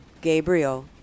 Gabriel